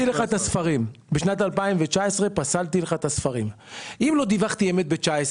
פסלתי לך את הספרים בשנת 2019. אם לא דיווחתי אמת ב-2019